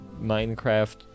Minecraft